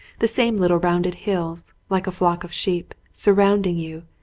the same little rounded hills, like a flock of sheep, surrounding you,